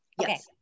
yes